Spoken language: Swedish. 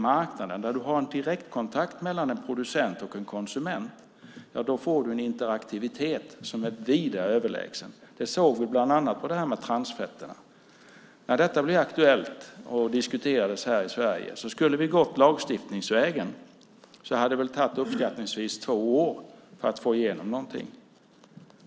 Marknaden där man har direktkontakt mellan en producent och en konsument ger en interaktivitet som är vida överlägsen. Det såg vi bland annat när det gällde transfetterna. Om vi hade gått lagstiftningsvägen när detta blev aktuellt och diskuterades i Sverige hade det tagit uppskattningsvis två år att få igenom något.